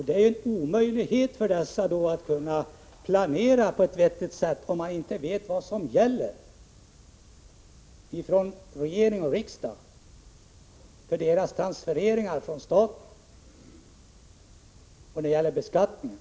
Det är omöjligt för kommunerna att planera på ett vettigt sätt, om man inte från regeringen och riksdagen får reda på vad som gäller beträffande statens transfereringar och beträffande beskattningen.